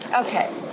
Okay